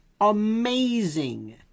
Amazing